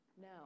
Now